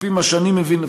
על-פי מה שאני מבין,